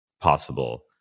possible